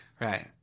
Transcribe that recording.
Right